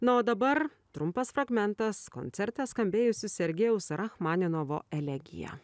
na o dabar trumpas fragmentas koncerte skambėjusi sergejaus rachmaninovo elegija